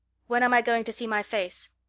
when am i going to see my face?